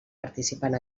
participant